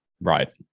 right